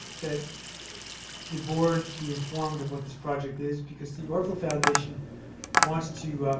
that the board be informed of what this project is because the orfalea foundation wants to